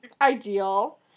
Ideal